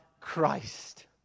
Christ